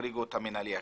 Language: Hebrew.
החריגו את המינהלי הכפול.